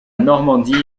normandie